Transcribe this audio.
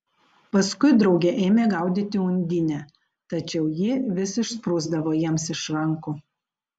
paskui drauge ėmė gaudyti undinę tačiau ji vis išsprūsdavo jiems iš rankų